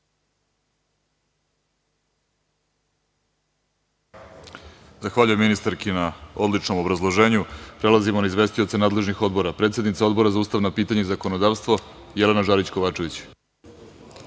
Zahvaljujem ministarki na odličnom obrazloženju prelazimo na izvestioce nadležnih odbora. Reč ima predsednica Odbora za ustavna pitanja i zakonodavstvo, Jelena Žarić Kovačević.